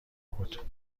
بود